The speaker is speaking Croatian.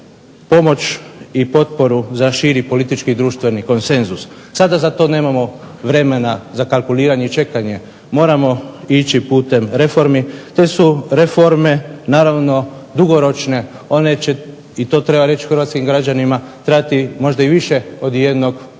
i potporu za širi politički i društveni konsenzus. Sada za to nemamo vremena, za kalkuliranje i čekanje, moramo ići putem reformi. Te su reforme naravno dugoročne. One će, i to treba reći hrvatskim građanima, trebati možda i više od jednog